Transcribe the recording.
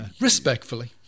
respectfully